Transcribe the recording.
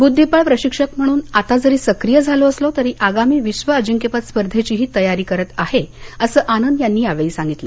बुद्धीबळ प्रशिक्षक म्हणून आता जरी सक्रीय झालो असलो तरी आगामी विश्व आजिंक्यपद स्पर्धेंचीही तयारी करत आहे असं आनंद यांनी यावेळी सांगितलं